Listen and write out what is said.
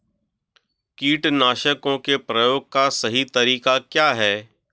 कीटनाशकों के प्रयोग का सही तरीका क्या है?